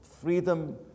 freedom